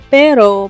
pero